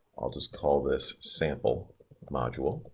i'll just call this sample module,